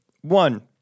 One